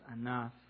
enough